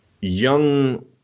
young